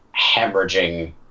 hemorrhaging